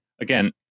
again